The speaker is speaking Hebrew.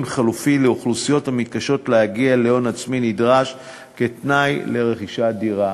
חלופי לאוכלוסיות המתקשות להגיע להון העצמי הנדרש כתנאי לרכישת דירה.